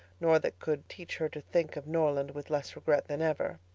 nor that could teach her to think of norland with less regret than ever.